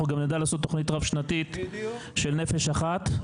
אנחנו גם יודעים לעשות תוכנית רב שנתית של נפש אחת,